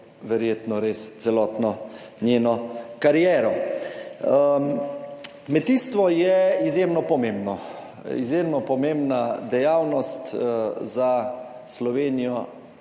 verjetno res celotno njeno kariero. Kmetijstvo je izjemno pomembno, izjemno pomembna dejavnost za Slovenijo